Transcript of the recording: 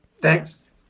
Thanks